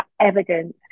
evidence